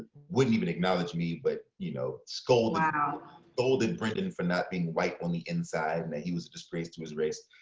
wouldn't even acknowledge me but you know scolded but scolded brendan for not being white on the inside and that he was a disgrace to his race.